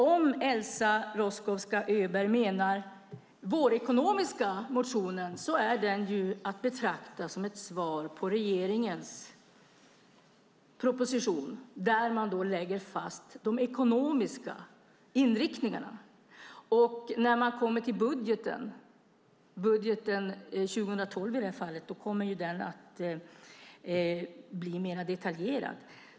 Om Eliza Roszkowska Öberg menar vår ekonomiska motion är mitt svar att den är att betrakta som ett svar på regeringens proposition, där man lägger fast de ekonomiska inriktningarna. När man kommer till budgeten - budgeten 2012 i det här fallet - kommer den att bli mer detaljerad.